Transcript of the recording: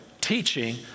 teaching